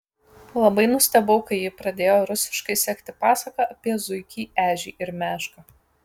labai nustebau kai ji pradėjo rusiškai sekti pasaką apie zuikį ežį ir mešką